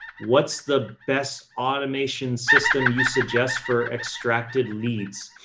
what's the best automation system you suggest for extracted leads.